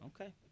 Okay